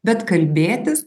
bet kalbėtis